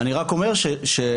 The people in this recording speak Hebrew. אני רק אומר -- בסדר גמור,